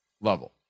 level